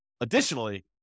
additionally